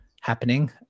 happening